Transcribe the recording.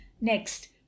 next